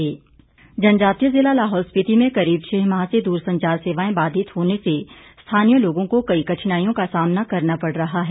दूरसंचार जनजातीय जिला लाहौल स्पिति में करीब छह माह से दूरसंचार सेवाएं बाधित होने से स्थानीय लोगों को कई कठिनाइयों का सामना करना पड़ रहा है